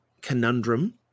conundrum